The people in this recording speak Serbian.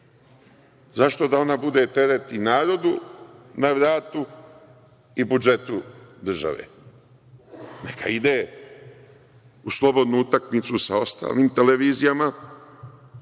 Zašto da ona bude teret i narodu na vratu i budžetu države? Neka ide u slobodnu utakmicu sa ostalim televizijama,